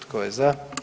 Tko je za?